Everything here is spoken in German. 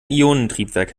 ionentriebwerk